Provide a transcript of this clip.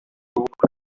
ubukwe